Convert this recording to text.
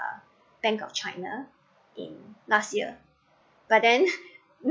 uh bank of china in last year but then